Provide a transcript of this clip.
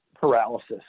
paralysis